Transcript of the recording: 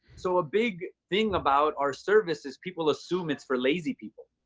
so a big thing about our service is people assume it's for lazy people.